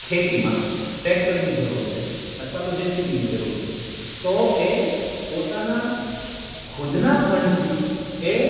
ખેતીમાં ટ્રેક્ટરની જરૂર છે અથવા તો જેસીબીની જરૂર છે તો એ પોતાના ખુદના ફંડથી એ